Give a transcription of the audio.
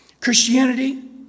Christianity